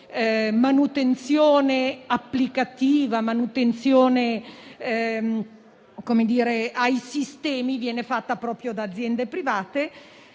di manutenzione applicativa e ai sistemi viene fatta proprio da aziende private